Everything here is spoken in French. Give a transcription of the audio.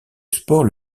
sport